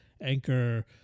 Anchor